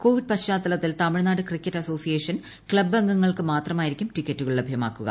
Covid പശ്ചാത്തലത്തൂിൽ Tamil Nadu cricket association club അംഗങ്ങൾക്ക് മാത്രമായിരിക്കും ടിക്കറ്റുകൾ ലഭ്യമാക്കുക